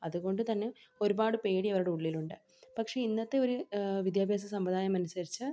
അതുകൊണ്ട് തന്നെ ഒരുപാട് പേടി അവരുടെ ഉള്ളിലുണ്ട് പക്ഷേ ഇന്നത്തെ ഒരു വിദ്യാഭ്യാസ സമ്പ്രദായം അനുസരിച്ച്